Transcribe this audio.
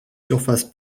surfaces